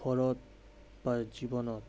ঘৰত বা জীৱনত